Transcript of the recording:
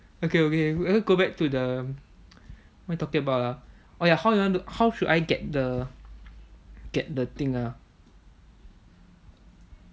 okay okay okay we'll just go back to the what are we talking about ah oh ya how you want to how should I get the get the thing ah